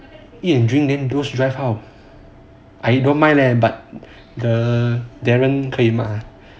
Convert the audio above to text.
mm drink then those drive how I don't mind leh but then darren 可以吗